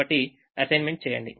కాబట్టి అసైన్మెంట్ చేయండి